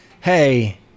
hey